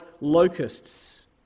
locusts